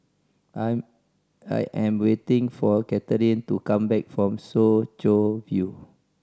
I'm I am waiting for Kathrine to come back from Soo Chow View